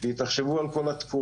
כי תחשבו על כל התקורות.